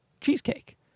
cheesecake